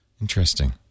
Interesting